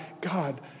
God